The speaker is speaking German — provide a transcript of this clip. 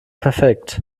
perfekt